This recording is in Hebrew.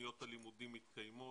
ותוכניות הלימודים מתקיימות,